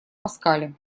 паскале